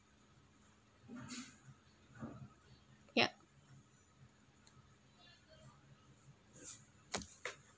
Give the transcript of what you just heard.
yup